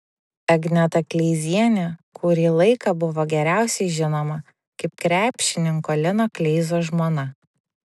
agneta kleizienė kurį laiką buvo geriausiai žinoma kaip krepšininko lino kleizos žmona